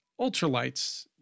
ultralights